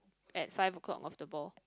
at five o-clock of the ball